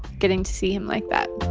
getting to see him like that.